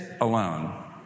alone